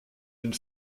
une